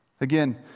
Again